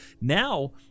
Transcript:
Now